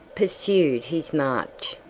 pursued his march,